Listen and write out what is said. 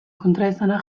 kontraesana